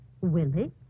Willie